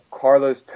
Carlos